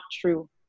true